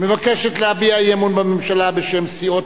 מבקשת להביע אי-אמון בממשלה בשם סיעות